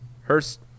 hurst